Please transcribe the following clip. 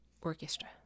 orchestra